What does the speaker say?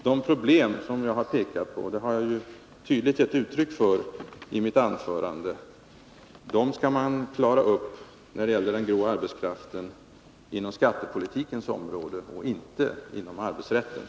De problem som jag pekat på när det gäller den grå arbetskraften — jag har tydligt gett uttryck för dem i mitt anförande — skall man klara upp inom skattepolitikens område, inte inom arbetsrättens.